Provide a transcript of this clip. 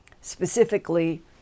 specifically